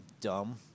dumb